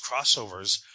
crossovers